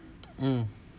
mm